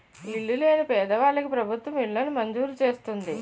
ఇల్లు లేని పేదవాళ్ళకి ప్రభుత్వం ఇళ్లను మంజూరు చేస్తుంది